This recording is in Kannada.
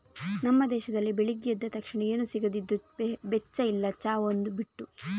ನಮ್ಮ ದೇಶದಲ್ಲಿ ಬೆಳಿಗ್ಗೆ ಎದ್ದ ತಕ್ಷಣ ಏನು ಸಿಗದಿದ್ರೂ ಬೆಚ್ಚ ಇಲ್ಲ ಚಾ ಒಂದು ಬಿಟ್ಟು